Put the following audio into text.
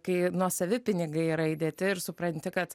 kai nuosavi pinigai yra įdėti ir supranti kad